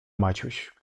maciuś